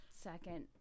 second